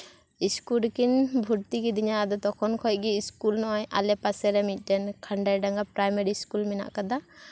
school ᱨᱮᱠᱤᱱ ᱵᱷᱩᱨᱛᱤ ᱠᱤᱫᱤᱧᱟ ᱟᱫᱚ ᱛᱚᱠᱷᱚᱱ ᱠᱷᱚᱡ ᱜᱮ ᱤᱥᱠᱩᱞ ᱱᱚᱜᱼᱚᱭ ᱟᱞᱮ ᱯᱟᱥᱮ ᱨᱮ ᱢᱤᱫᱴᱮᱱ ᱛᱷᱟᱸᱰᱟ ᱰᱟᱸᱜᱟ ᱯᱨᱟᱭᱢᱟᱨᱤ ᱤᱥᱠᱩᱞ ᱢᱮᱱᱟᱜ ᱟᱠᱟᱫᱟ